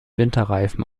winterreifen